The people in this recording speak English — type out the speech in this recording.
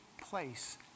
place